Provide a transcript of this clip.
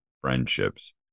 friendships